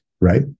right